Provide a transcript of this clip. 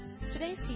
Today's